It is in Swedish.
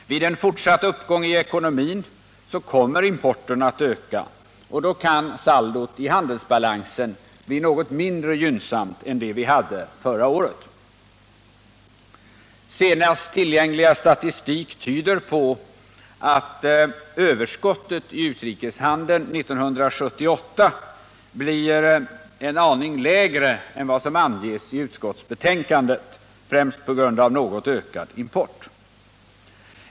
Vid en uppgång i ekonomin kommer importen på nytt att öka, och då kan saldot i handelsbalansen bli något mindre gynnsamt än det vi hade förra året. Senast tillgängliga statistik tyder på att överskottet i utrikeshandeln 1978 blir en aning lägre än vad som anges i utskottsbetänkandet, främst på grund av något ökad import.